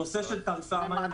הנושא של תעריפי המים,